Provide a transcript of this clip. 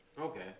Okay